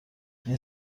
این